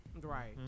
right